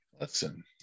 Listen